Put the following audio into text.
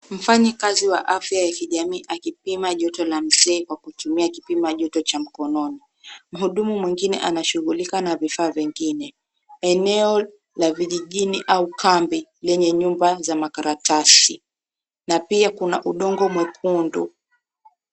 Mfanyakazi wa afya ya kijamii akipima joto la mzee akitumia kipima joto cha mkononi. Mhudumu mwingine anashughulika na vifaa vingine ,eneo la vijijini au kambi lenye nyumba za makaratasi, na pia kuna udongo mwekundu.